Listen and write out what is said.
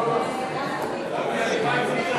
רגע.